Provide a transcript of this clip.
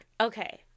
okay